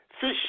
fish